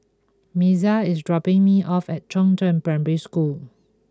Mazie is dropping me off at Chongzheng Primary School